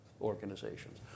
organizations